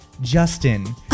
Justin